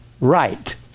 right